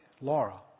Laura